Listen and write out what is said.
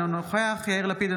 אינו נוכח יאיר לפיד,